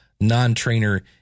non-trainer